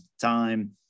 time